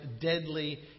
deadly